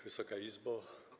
Wysoka Izbo!